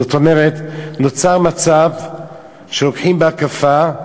זאת אומרת, נוצר מצב שלוקחים בהקפה,